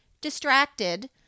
distracted